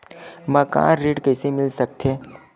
मकान ऋण कइसे मिल सकथे?